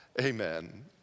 Amen